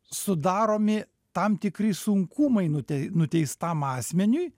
sudaromi tam tikri sunkumai nutei nuteistam asmeniui